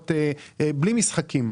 בלי משחקים.